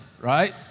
Right